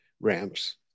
ramps